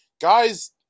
guys